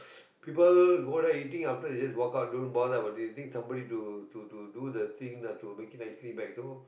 people go there eating after that they just walk out don't bother about this they think somebody to to to do the thing to make it nicely back so